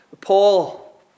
Paul